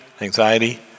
anxiety